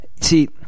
See